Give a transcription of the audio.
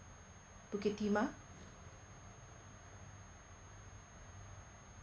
bukit timah